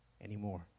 anymore